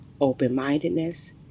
open-mindedness